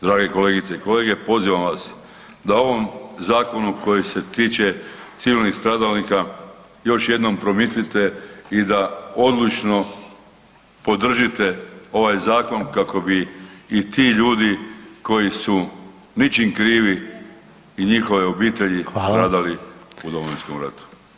Dragi kolegice i kolege, pozivam vas da ovom zakonu koji se tiče civilnih stradalnika još jednom promislite i da odlučno podržite ovaj zakon kako bi i ti ljudi koji su ničim krivi i njihove obitelji stradali u Domovinskom ratu.